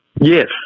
Yes